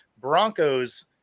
Broncos